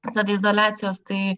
saviizoliacijos tai